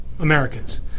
Americans